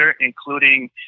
including